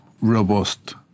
robust